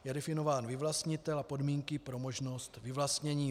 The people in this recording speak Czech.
Je definován vyvlastnitel a podmínky pro možnost vyvlastnění.